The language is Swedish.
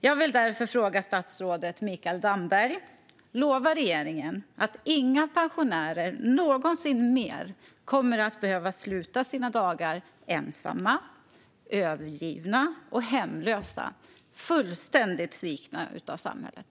Jag vill därför fråga statsrådet Mikael Damberg: Lovar regeringen att inga pensionärer någonsin mer kommer att behöva sluta sina dagar ensamma, övergivna och hemlösa, fullständigt svikna av samhället?